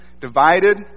divided